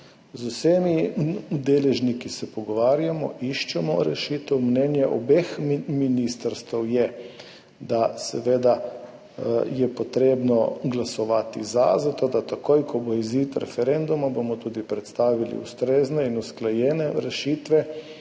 Z vsemi deležniki se pogovarjamo, iščemo rešitev. Mnenje obeh ministrstev je, da je potrebno glasovati za, zato da bomo takoj, ko bo znan izid referenduma, predstavili ustrezne in usklajene rešitve,